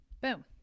boom